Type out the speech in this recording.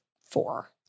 four